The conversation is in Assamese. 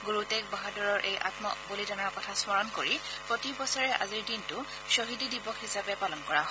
গুৰু টেগ বাহাদুৰৰ এই আম বলিদানৰ কথা স্মৰণ কৰি প্ৰতিবছৰে আজিৰ দিনটো খ্বীদি দিৱস হিচাপে পালন কৰা হয়